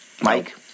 Mike